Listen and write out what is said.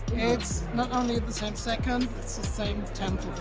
it's not only the same second, it's the same tenth